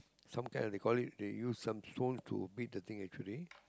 some kind they call it they use some stone to make the thing actually